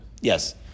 Yes